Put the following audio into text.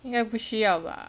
应该不需要吧